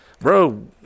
bro